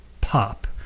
pop